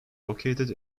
located